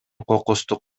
кокустук